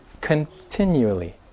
continually